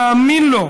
תאמין לו.